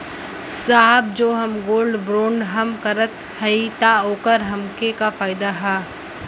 साहब जो हम गोल्ड बोंड हम करत हई त ओकर हमके का फायदा ह?